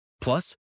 Plus